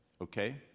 Okay